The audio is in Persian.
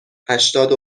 هشتاد